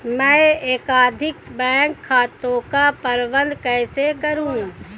मैं एकाधिक बैंक खातों का प्रबंधन कैसे करूँ?